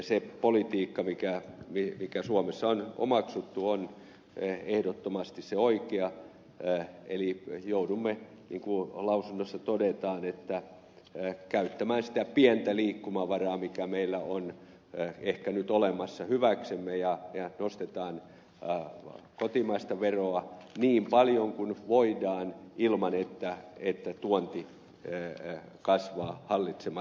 se politiikka joka suomessa on omaksuttu on ehdottomasti se oikea eli joudumme niin kuin lausunnossa todetaan käyttämään sitä pientä liikkumavaraa joka meillä on ehkä nyt olemassa hyväksemme ja nostetaan kotimaista veroa niin paljon kuin voidaan ilman että tuonti kasvaa hallitsemattomaksi